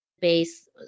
base